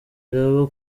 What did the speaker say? iraba